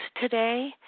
today